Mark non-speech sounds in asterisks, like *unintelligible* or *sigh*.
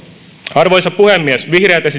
arvoisa puhemies vihreät *unintelligible*